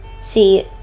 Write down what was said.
see